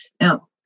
Now